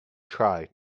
try